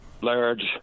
large